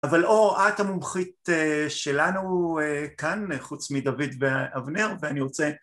אבל אור, את המומחית שלנו כאן, חוץ מדוד ואבנר, ואני רוצה...